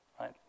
right